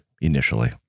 initially